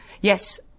Yes